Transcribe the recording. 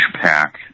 Pack